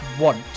want